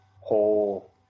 whole